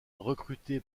recruté